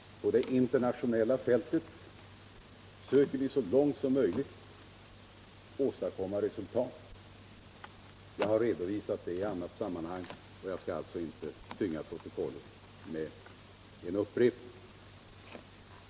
På det internationella fältet söker vi så långt som möjligt åstadkomma resultat. Jag har redovisat det i annat sammanhang, och jag skall inte tynga protokollet med en upprepning.